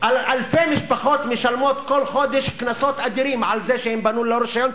אלפי משפחות משלמות כל חודש קנסות אדירים על זה שהן בנו ללא רשיון,